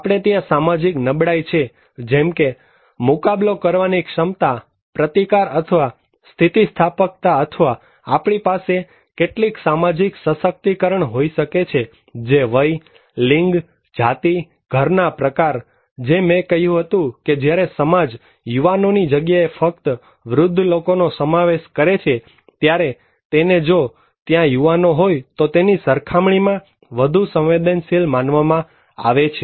આપણે ત્યાં સામાજિક નબળાઈ છે જેમકે મુકાબલો કરવાની ક્ષમતા પ્રતિકાર અથવા સ્થિતિસ્થાપક્તા અથવા આપણી પાસે કેટલીક સામાજિક સશક્તિકરણ હોઈ શકે છે જે વય લિંગ જાતિ ઘર ના પ્રકાર જે મેં કહ્યું હતું કે જ્યારે સમાજ યુવાનોની જગ્યાએ ફક્ત વૃદ્ધ લોકો નો સમાવેશ કરે છે ત્યારે તેને જો ત્યાં યુવાનો હોય તો તેની સરખામણીમાં વધુ સંવેદનશીલ માનવામાં આવે છે